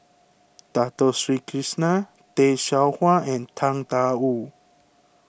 Dato Sri Krishna Tay Seow Huah and Tang Da Wu